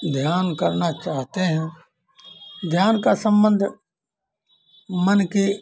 ध्यान करना चाहते हैं ध्यान का सम्बन्ध मन के